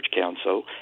Council